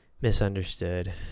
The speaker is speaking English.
misunderstood